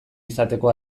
izateko